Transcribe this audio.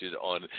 on